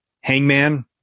hangman